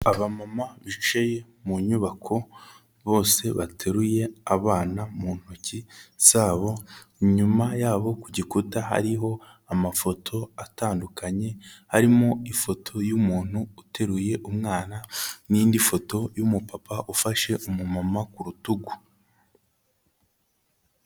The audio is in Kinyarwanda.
Abamama bicaye mu nyubako bose bateruye abana mu ntoki za bo, inyuma yabo ku gikuta hariho amafoto atandukanye, harimo ifoto y'umuntu uteruye umwana n'indi foto y'umupapa ufashe umumama ku rutugu.